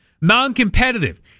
Non-competitive